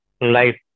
life